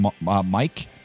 Mike